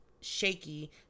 shaky